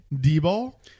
D-Ball